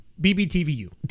B-B-T-V-U